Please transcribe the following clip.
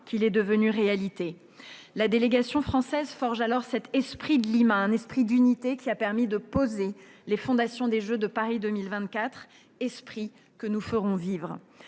qu'il a pris réalité. La délégation française a forgé alors cet « esprit de Lima », un esprit d'unité qui a permis de poser les fondations des Jeux de Paris 2024 ; un esprit que nous ferons vivre.